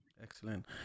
Excellent